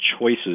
choices